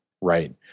right